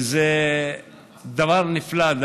שזה דבר נפלא.